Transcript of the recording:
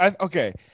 okay